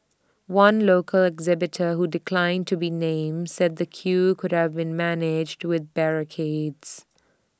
one local exhibitor who declined to be named said the queue could have be managed with barricades